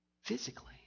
Physically